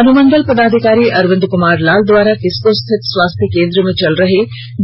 अनुमण्डल पदाधिकारी अरविंद कुमार लाल द्वारा किस्को स्थित स्वास्थ्य केंद्र में चल रहे